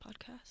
podcast